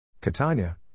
Catania